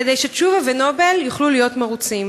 כדי שתשובה ו"נובל" יוכלו להיות מרוצים.